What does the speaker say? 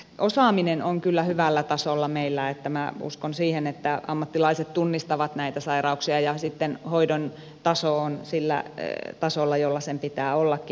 osaaminen on kyllä hyvällä tasolla meillä niin että minä uskon siihen että ammattilaiset tunnistavat näitä sairauksia ja sitten hoidon taso on sillä tasolla jolla sen pitää ollakin